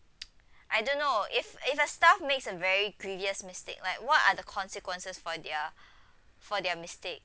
I don't know if if a staff makes a very grievous mistake like what are the consequences for their for their mistake